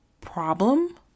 problem